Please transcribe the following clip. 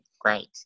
great